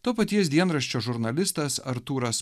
to paties dienraščio žurnalistas artūras